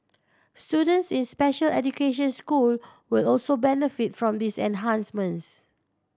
students in special education school will also benefit from these enhancements